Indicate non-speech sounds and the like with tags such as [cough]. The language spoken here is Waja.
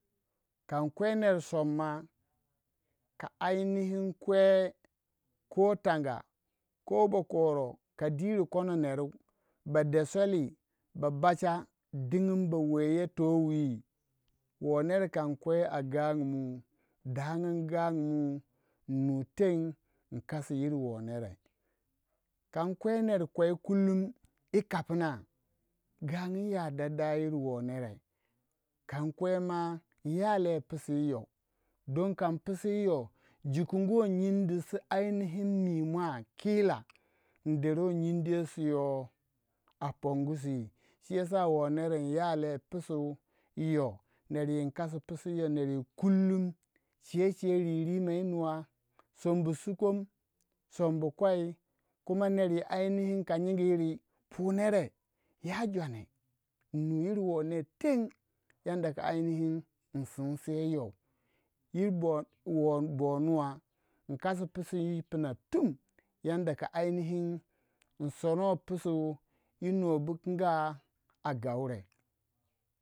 Kan kwe nor somna ka kwe koh tanga ko bakoro ka diri kondo neru ba de swell ba bacha dingin ba weiya towi woh ner kan kwe a gangu mu ln nu teng ln kasi yir woh nere kan kwe neru kwei dasiru yi kapna gangumu ya daddai yi wo nere kon kwei ma in ya lei pusu yi yoh don kan pusu yi yoh jukunguwei nyindi su mimua ai nihi dero nyindi ye su yoh a pongu swi. shiyasa in ya lei pusu yi yoh neru inkasu pusu yi yoh yikulum che chei ririma yi nuwa som bu sukom sombu kwei [noise] ka nyingi yiri pu nereh ya jwaneh in nu yir won ner teng ai nihi sinse yi yoh inkas pusu yi bo nuwa insono pusu yi nobukunga a gaure.